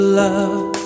love